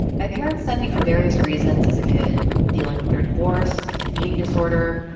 my parents sent me for various reasons as a kid dealing with their divorce, an eating disorder.